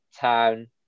town